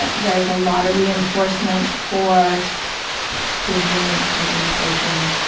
ah there's a lot of reinforcement for binging, binging and purging,